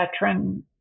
veteran